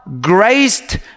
graced